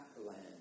land